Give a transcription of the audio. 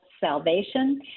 salvation